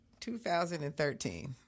2013